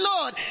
Lord